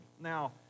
Now